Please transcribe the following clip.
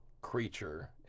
creature